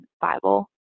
Bible